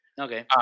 Okay